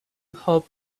help